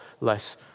less